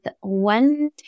one